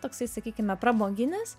toksai sakykime pramoginis